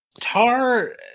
Tar